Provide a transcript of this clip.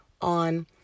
on